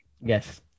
yes